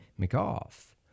McGough